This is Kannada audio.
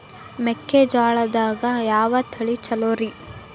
ಮೆಕ್ಕಿಜೋಳದಾಗ ಯಾವ ತಳಿ ಛಲೋರಿ?